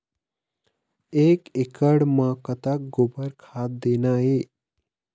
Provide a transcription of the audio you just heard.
एक एकड़ म कतक गोबर खाद देना ये?